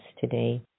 today